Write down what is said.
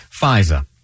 FISA